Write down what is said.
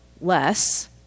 less